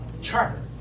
charter